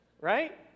Right